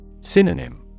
Synonym